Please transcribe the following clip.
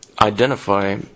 identify